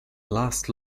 last